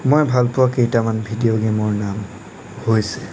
মই ভাল পোৱা কেইটামান ভিডিঅ' গেমৰ নাম হৈছে